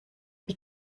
wie